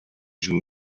joue